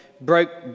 broke